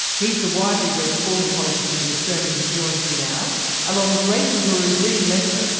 he's the widely read sporting columnist at the australian, who joins me now along with racing guru dean lester,